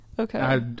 okay